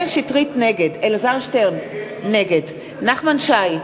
נגד נחמן שי,